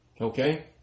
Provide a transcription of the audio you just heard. Okay